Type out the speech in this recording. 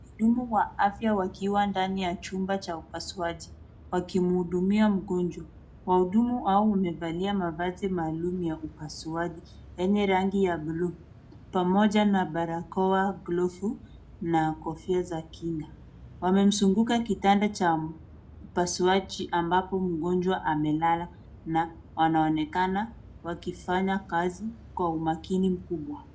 Wahudumu wa afya wakiwa ndani ya chumba cha upasuaji wakimhudumia mgonjwa. Wahudumu hao wamevaa mavazi maalum ya upasuaji yenye rangi ya bluu pamoja na barakoa, glovu na kofia za kinga. Wamemzunguka kitanda cha upasuaji ambapo mgonjwa amelala na wanaonekana wakifanya kazi kwa umakini mkubwa.